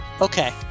Okay